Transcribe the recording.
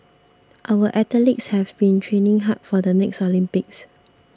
our athletes have been training hard for the next Olympics